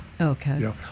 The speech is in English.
Okay